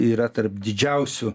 yra tarp didžiausių